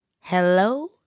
hello